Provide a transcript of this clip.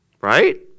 Right